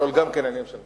לכלול גם כן עניין של,